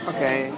Okay